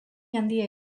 handia